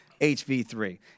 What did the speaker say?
HV3